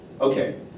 okay